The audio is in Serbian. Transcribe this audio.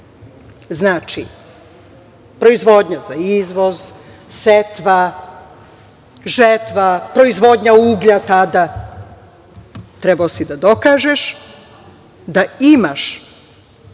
Znači, proizvodnja za izvoz, setva, žetva, proizvodnja uglja tada, trebalo si da dokažeš da imaš